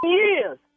years